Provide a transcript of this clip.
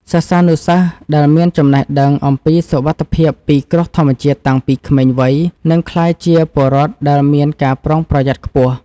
សិស្សានុសិស្សដែលមានចំណេះដឹងអំពីសុវត្ថិភាពពីគ្រោះធម្មជាតិតាំងពីក្មេងវ័យនឹងក្លាយជាពលរដ្ឋដែលមានការប្រុងប្រយ័ត្នខ្ពស់។